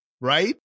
Right